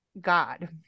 god